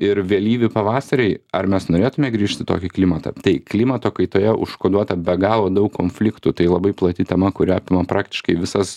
ir vėlyvi pavasariai ar mes norėtume grįžti į tokį klimatą tai klimato kaitoje užkoduota be galo daug konfliktų tai labai plati tema kuri apima praktiškai visas